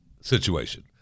situation